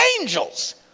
Angels